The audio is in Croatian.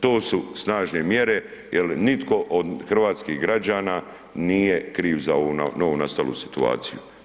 To su snažne mjere jel nitko od hrvatskih građana nije kriv za ovu novonastalu situaciju.